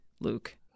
Luke